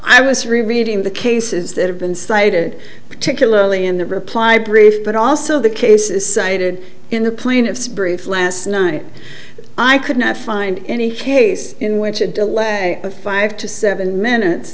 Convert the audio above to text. i was rereading the cases that have been cited particularly in the reply brief but also the cases cited in the plaintiff's brief last night i could not find any case in which a delay of five to seven minutes